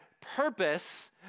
purpose